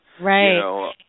Right